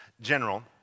General